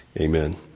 amen